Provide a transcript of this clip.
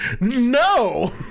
no